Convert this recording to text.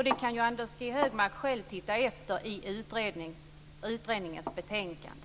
Det kan Anders G Högmark själv titta efter i utredningens betänkande.